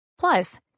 Plus